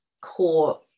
core